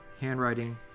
handwriting